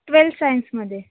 twelve सायन्समध्ये